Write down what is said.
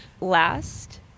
last